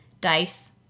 dice